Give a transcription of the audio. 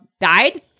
died